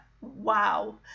Wow